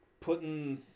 putting